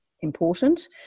important